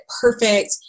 perfect